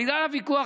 בגלל הוויכוח,